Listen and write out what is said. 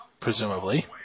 Presumably